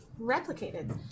replicated